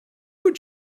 would